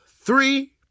three